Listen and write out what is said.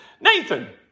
Nathan